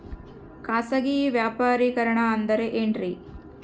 ಖಾಸಗಿ ವ್ಯಾಪಾರಿಕರಣ ಅಂದರೆ ಏನ್ರಿ?